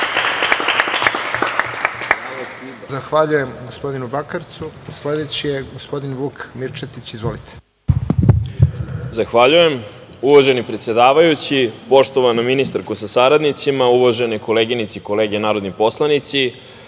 Zahvaljujem gospodinu Bakarecu. Sledeći je gospodin Vuk Mirčetić. Izvolite. **Vuk Mirčetić** Zahvaljujem. Uvaženi predsedavajući, poštovana ministarko sa saradnicima, uvažene koleginice i kolege narodni poslanici,